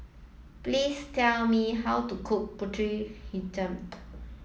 please tell me how to cook Pulut Hitam